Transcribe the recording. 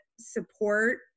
support